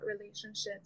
relationships